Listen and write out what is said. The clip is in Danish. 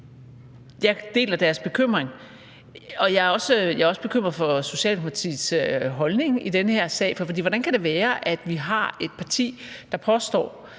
jeg deler deres bekymring, og jeg er også bekymret for Socialdemokratiets holdning i den her sag. Hvordan kan det være, at vi har et parti, der påstår,